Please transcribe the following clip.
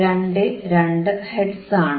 022 hertz ആണ്